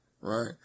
right